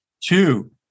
Two